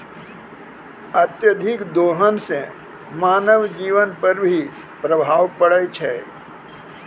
अत्यधिक दोहन सें मानव जीवन पर भी प्रभाव परै छै